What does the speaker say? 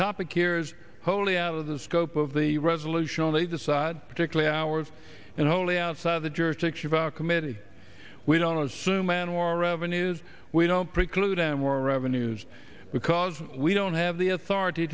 topic years wholly out of the scope of the resolution they decide particularly ours and wholly outside the jurisdiction of our committee we don't assume man or revenues we don't preclude any more revenues because we don't have the authority